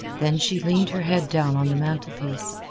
then she leaned her head down on the mantelpiece.